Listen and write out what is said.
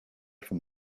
from